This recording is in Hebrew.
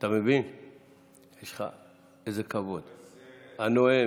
אתה מבין איזה כבוד: הנואם,